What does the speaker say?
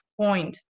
point